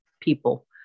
people